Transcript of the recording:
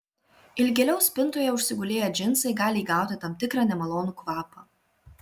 ilgėliau spintoje užsigulėję džinsai gali įgauti tam tikrą nemalonų kvapą